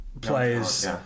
players